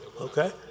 Okay